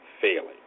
failing